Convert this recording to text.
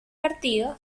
partido